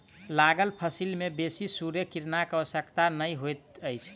लागल फसिल में बेसी सूर्य किरणक आवश्यकता नै होइत अछि